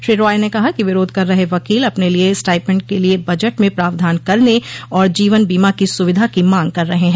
श्री रॉय ने कहा कि विरोध कर रहे वकील अपने लिए स्टाइपंड के लिए बजट में प्रावधान करने और जीवन बीमा की सुविधा की मांग कर रहे हैं